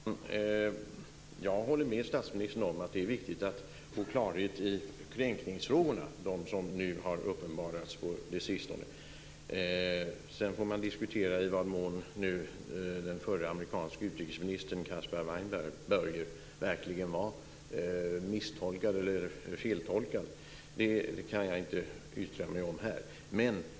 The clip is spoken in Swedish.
Fru talman! Jag håller med statsministern om att det är viktigt att få klarhet i de kränkningsfrågor som har uppenbarats på sistone. Sedan får man diskutera i vad mån den förre amerikanske utrikesministern Caspar Weinberger verkligen är misstolkad eller feltolkad. Det kan jag inte yttra mig om här.